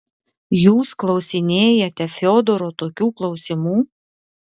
jūs klausinėjate fiodoro tokių klausimų